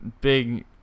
big